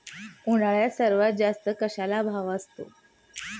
उन्हाळ्यात सर्वात जास्त कशाला भाव असतो?